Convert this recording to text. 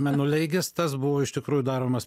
mėnuleigis tas buvo iš tikrųjų daromas